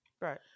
right